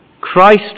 Christ